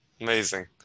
Amazing